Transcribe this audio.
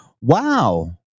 Wow